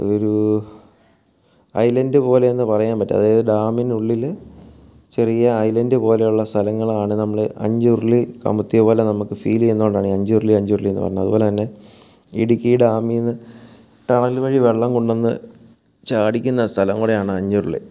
ഒരു ഐലൻ്റ് പോലെ എന്നു പറയാൻ പറ്റും അതായത് ഡാമിനുള്ളിൽ ചെറിയ ഐലൻ്റ് പോലെയുള്ള സ്ഥലങ്ങളാണ് നമ്മൾ അഞ്ചുരുളി കമിഴ്ത്തിയ പോലെ നമുക്ക് ഫീല് ചെയ്യുന്നതു കൊണ്ടാണ് അഞ്ചുരുളി അഞ്ചുരുളി എന്ന് പറയുന്നത് അതുപോലെ തന്നെ ഇടുക്കി ഡാമിൽ നിന്ന് ടണൽ വഴി വെള്ളം കൊണ്ടു വന്ന് ചാടിക്കുന്ന സ്ഥലം കൂടിയാണ് അഞ്ചുരുളി